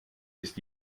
ist